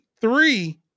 three